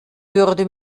würde